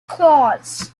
claws